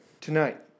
tonight